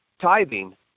tithing